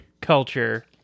culture